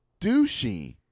douchey